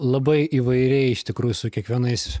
labai įvairiai iš tikrųjų su kiekvienais